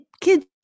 kids